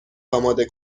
آماده